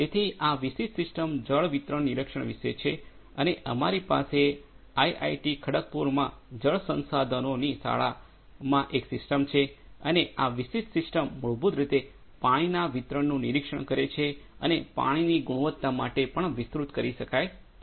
તેથી આ વિશિષ્ટ સિસ્ટમ જળ વિતરણ નિરીક્ષણ વિશે છે અને અમારી પાસે આઈઆઈટી ખડગપુરમાં જળ સંસાધનોની શાળા સ્કૂલ ઓફ વોટર રિસોર્સિસમાં એક સિસ્ટમ છે અને આ વિશિષ્ટ સિસ્ટમ મૂળભૂત રીતે પાણીના વિતરણનું નિરીક્ષણ કરે છે અને તે પાણીની ગુણવત્તા માટે પણ વિસ્તૃત કરી શકાય છે